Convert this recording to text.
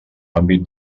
àmbit